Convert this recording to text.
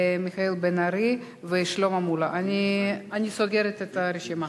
מיכאל בן-ארי ושלמה מולה, אני סוגרת את הרשימה,